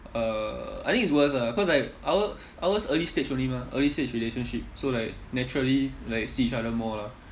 uh I think it's worse ah cause like ours ours early stage only mah early stage relationship so like naturally like see each other more lah